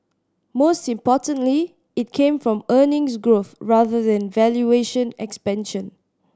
most importantly it came from earnings growth rather than valuation expansion